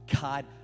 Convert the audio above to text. God